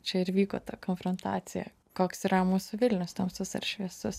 čia ir vyko ta konfrontacija koks yra mūsų vilnius tamsus ar šviesus